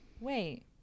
Wait